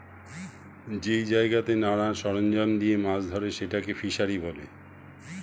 যেই জায়গাতে নানা সরঞ্জাম দিয়ে মাছ ধরে সেটাকে ফিসারী বলে